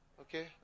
Okay